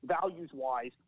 values-wise